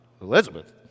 Elizabeth